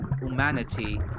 humanity